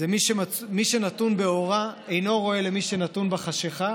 מי שנתון באורה אינו רואה למי שנתון בחשכה,